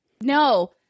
no